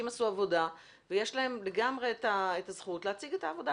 עשו עבודה ויש להם את הזכות להציג אותה.